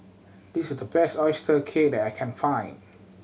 this the best oyster cake that I can find